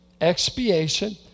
expiation